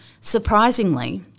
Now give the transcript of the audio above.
Surprisingly